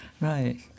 Right